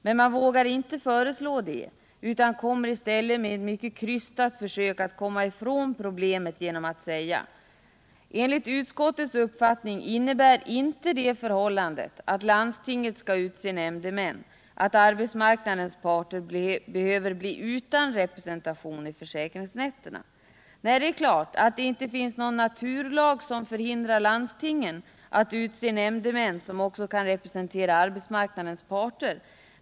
Men man vågar inte föreslå det utan gör i stället ett mycket krystat försök att komma ifrån problemet genom att säga: ”Enligt utskottets uppfattning innebär inte det förhållandet att landstingen skall utse nämndemännen att arbetsmarknadens parter behöver bli utan representation vid försäkringsrätterna ——--.” Nej, det är klart att det inte finns någon naturlag som förhindrar landstingen att utse nämndemän som också kan representera arbetsmarknadens parter.